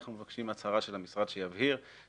אנחנו מבקשים הצהרה של המשרד שיבהיר שגם